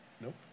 Nope